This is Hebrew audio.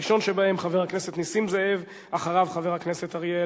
אנחנו סיימנו את פרק החקיקה.